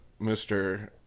Mr